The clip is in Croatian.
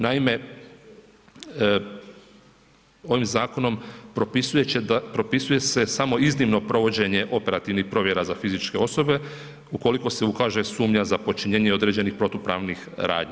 Naime, ovim zakonom propisuje se samo iznimno provođenje operativnih provjera za fizičke osobe ukoliko se ukaže sumnja za počinjenje određenih protupravnih radnji.